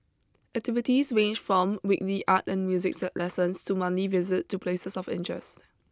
activities range from weekly art and musics lessons to monthly visit to places of interests